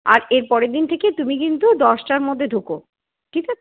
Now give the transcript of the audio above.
আর এরপরের দিন থেকে তুমি কিন্তু দশটার মধ্যে ঢুকো ঠিক আছে